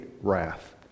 wrath